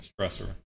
stressor